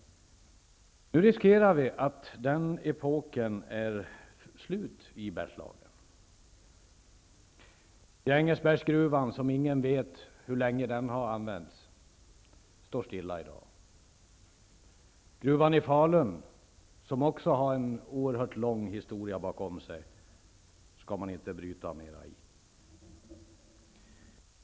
Nu är det risk för att den epoken är slut i Bergslagen. Grängesbergsgruvan, som ingen vet hur länge den har använts, står stilla i dag. Gruvan i Falun, som också har en oerhört lång historia, skall det inte brytas mera i.